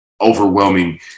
overwhelming